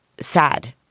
sad